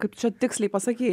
kaip čia tiksliai pasakyti